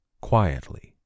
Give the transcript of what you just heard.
Quietly